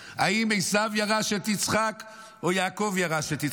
אם עשיו ירש את יצחק או יעקב ירש את יצחק,